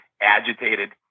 agitated